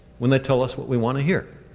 when they tell us what we want to hear.